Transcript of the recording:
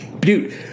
dude